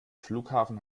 flughafen